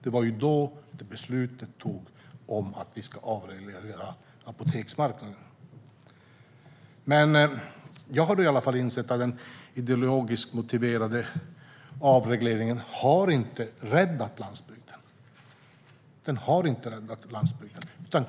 Det var ju då beslutet fattades om att avreglera apoteksmarknaden. Jag har i alla fall insett att den ideologiskt motiverade avregleringen inte har räddat landsbygden.